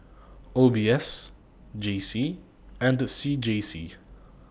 O B S J C and C J C